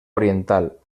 oriental